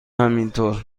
همینطور